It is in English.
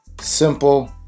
Simple